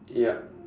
ya